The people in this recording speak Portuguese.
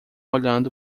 olhando